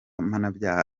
mpanabyaha